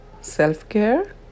self-care